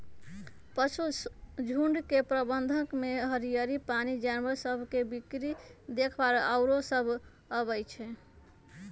पशुझुण्ड के प्रबंधन में हरियरी, पानी, जानवर सभ के बीक्री देखभाल आउरो सभ अबइ छै